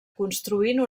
construint